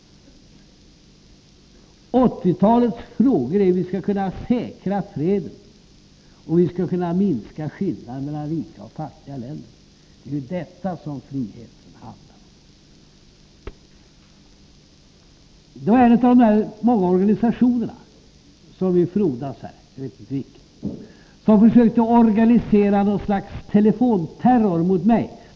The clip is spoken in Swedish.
1980-talets frågor gäller hur vi skall kunna säkra freden och hur vi skall kunna minska skillnaderna mellan rika och fattiga länder. Det är ju detta som friheten handlar om. En av de många organisationer, jag vet inte vilken — som ju frodas här — har försökt att organisera något slags telefonterror mot mig.